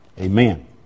amen